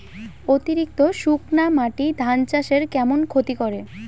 অতিরিক্ত শুকনা মাটি ধান চাষের কেমন ক্ষতি করে?